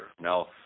Now